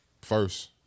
first